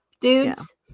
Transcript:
Dudes